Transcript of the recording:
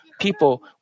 people